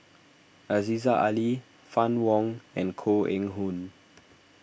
Aziza Ali Fann Wong and Koh Eng Hoon